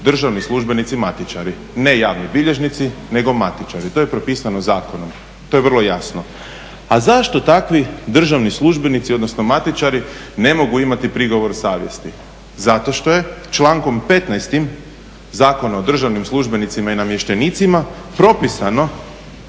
državni službenici matičari, ne javni bilježnici, nego matičari. To je propisano zakonom, to je vrlo jasno. A zašto takvi državni službenici, odnosno matičari ne mogu imati prigovor o savjesti? Zato što je člankom 15. Zakonom o državnim službenicima i namještenicima propisano